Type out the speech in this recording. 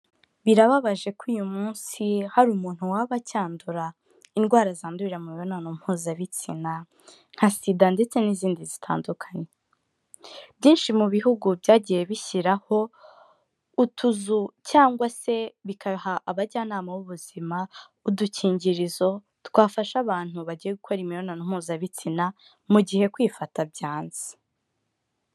Birababaje ko uyu munsi hari umuntu waba acyandura indwara zandurira mu mibonano mpuzabitsina nka SIDA ndetse n'izindi zitandukanye. Byinshi mu bihugu byagiye bishyiraho utuzu cyangwa se bigaha abajyanama b'ubuzima udukingirizo twafasha abantu bagiye gukora imibonano mpuzabitsina mu gihe kwifata byanze.